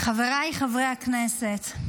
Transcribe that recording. חבריי חברי הכנסת,